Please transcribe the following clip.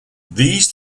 these